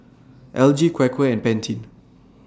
L G Quaker and Pantene